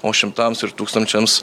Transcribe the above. o šimtams ir tūkstančiams